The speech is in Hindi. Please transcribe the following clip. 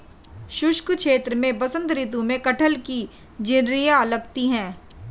शुष्क क्षेत्र में बसंत ऋतु में कटहल की जिरीयां लगती है